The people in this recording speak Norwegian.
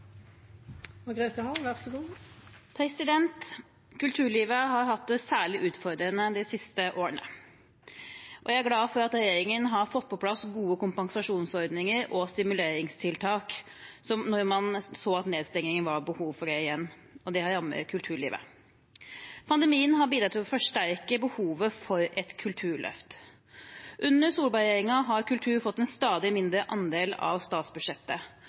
Kulturlivet har hatt det særlig utfordrende de siste årene. Jeg er glad for at regjeringen har fått på plass gode kompensasjonsordninger og stimuleringstiltak, som man ved nedstenging så det igjen var behov for fordi kulturlivet rammes. Pandemien har bidratt til å forsterke behovet for et kulturløft. Under Solberg-regjeringen har kulturen fått en stadig mindre andel av statsbudsjettet.